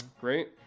Great